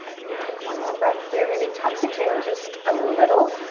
great, take one more breath here. maybe tuck the chin just a little.